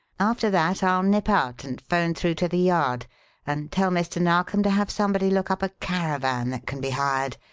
after that i'll nip out and phone through to the yard and tell mr. narkom to have somebody look up a caravan that can be hired,